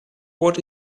what